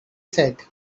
said